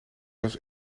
was